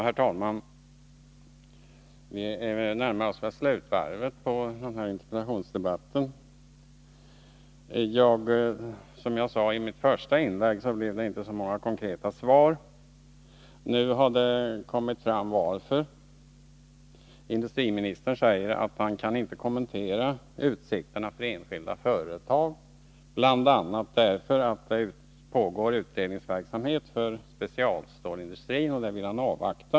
Herr talman! Vi är väl närmast i slutvarvet på denna interpellationsdebatt. Som jag sade i mitt första inlägg blev det inte så många konkreta svar. Nu har anledningen framkommit: industriministern säger att han inte kan kommentera utsikterna för enskilda företag, bl.a. därför att utredningsverksamhet pågår för specialstålsindustrin. Den vill han avvakta.